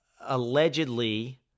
allegedly